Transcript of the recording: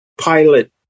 pilot